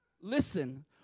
Listen